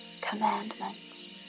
Commandments